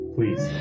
Please